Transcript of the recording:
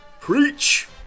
Preach